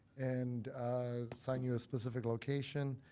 and assign you a specific location.